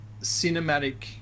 cinematic